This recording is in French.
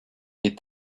est